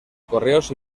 correos